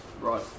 Right